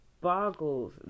boggles